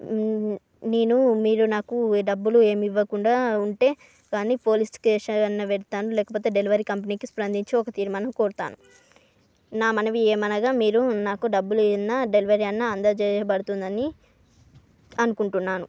నేను మీరు నాకు డబ్బులు ఏమి ఇవ్వకుండా ఉంటే కానీ పోలీస్ కేస్ అయిన పెడతాను లేకపోతే డెలివరీ కంపెనీకి స్పందించి ఒక తీర్మానం కోరుతాను నా మనవి ఏమనగా మీరు నాకు డబ్బులు అన్న డెలివరీ అన్న అందజేయబడుతుందని అనుకుంటున్నాను